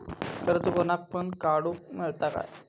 कर्ज कोणाक पण काडूक मेलता काय?